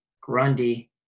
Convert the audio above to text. grundy